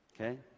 Okay